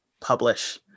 publish